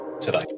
today